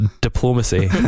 diplomacy